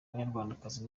banyarwandakazi